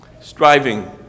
striving